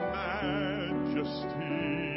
majesty